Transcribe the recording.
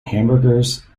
hamburgers